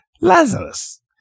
Lazarus